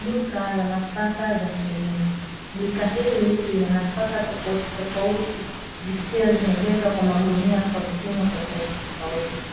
Duka la nafaka za kilimo, duka hili lina nafaka tofauti tofauti zikiwa zimejazwa kwa magunia kwa magunia kwa vipimo tofauti tofauti,